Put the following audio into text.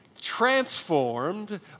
transformed